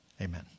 amen